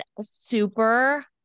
super